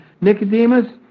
Nicodemus